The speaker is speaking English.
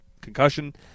concussion